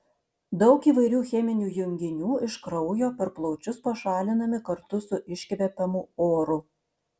daug įvairių cheminių junginių iš kraujo per plaučius pašalinami kartu su iškvepiamu oru